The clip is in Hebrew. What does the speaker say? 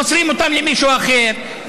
מוסרים אותם למישהו אחר,